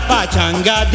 Pachanga